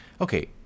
okay